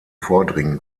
vordringen